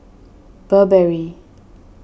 Burberry